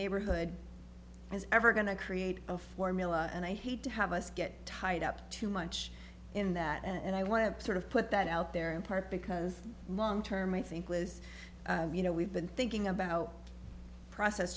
neighborhood is ever going to create a formula and i hate to have us get tied up too much in that and i want to sort of put that out there in part because long term i think was you know we've been thinking about process